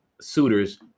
suitors